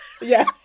Yes